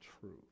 truth